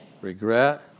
Regret